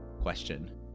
question